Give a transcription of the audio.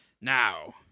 Now